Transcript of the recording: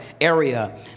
area